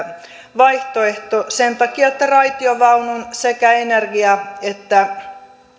vaihtoehto sen takia että raitiovaunun sekä energia että